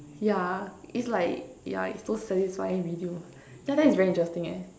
yeah is like ya it's those satisfying video that's very interesting eh